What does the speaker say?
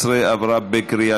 17), התשע"ח